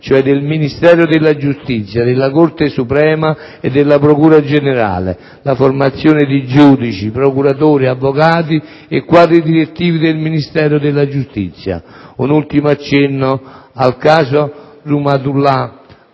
cioè del Ministero della giustizia, della Corte suprema e della procura generale, la formazione di giudici, procuratori, avvocati e quadri direttivi del Ministero della giustizia. Un ultimo accenno al caso di Rahmatullah